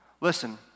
Listen